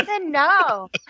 no